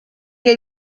che